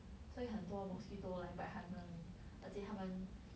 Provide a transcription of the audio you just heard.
所以很多 mosquito 来 bite 他们